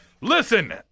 Listen